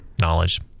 knowledge